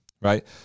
right